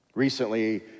Recently